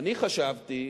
אני חשבתי